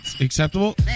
acceptable